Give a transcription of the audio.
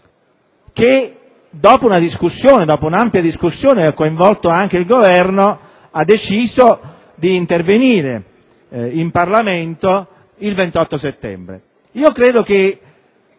dopo un'ampia discussione che ha coinvolto anche il Governo, ha deciso di intervenire in Parlamento il prossimo 28 settembre.